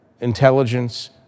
intelligence